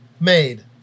made